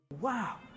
wow